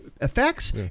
effects